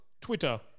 Twitter